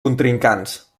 contrincants